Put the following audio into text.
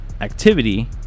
activity